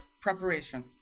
preparation